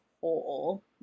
whole